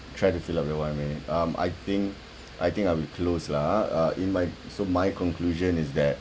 try to fill up your one minute um I think I think I will close lah ha uh in my so my conclusion is that